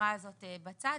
היציג"